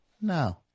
No